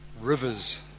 rivers